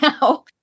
now